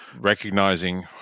recognizing